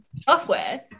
software